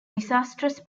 disastrous